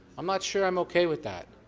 i'm not sure i'm okay with that.